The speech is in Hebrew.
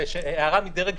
זו הערה מדרג שני,